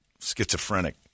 schizophrenic